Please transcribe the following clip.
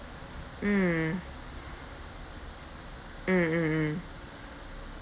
mm mm mm mm